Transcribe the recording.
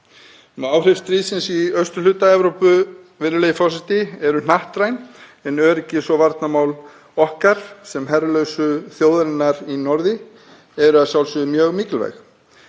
Áhrif stríðsins í austurhluta Evrópu, virðulegi forseti, eru hnattræn en öryggis- og varnarmál okkar sem herlausu þjóðarinnar í norðri eru að sjálfsögðu mjög mikilvæg.